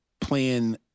playing